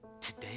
Today